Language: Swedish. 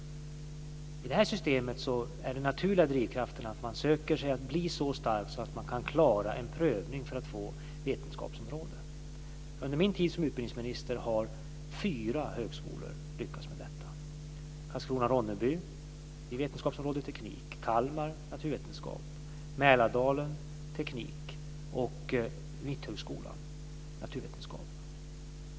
I det här systemet är den naturliga drivkraften att man försöker bli så stark att man kan klara en prövning för att få vetenskapsområde. Under min tid som utbildningsminister har fyra högskolor lyckats med detta: Karlskrona-Ronneby i vetenskapsområde teknik, Kalmar i naturvetenskap, Mälardalen i teknik och Mitthögskolan i naturvetenskap.